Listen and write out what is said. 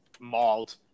mauled